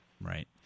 Right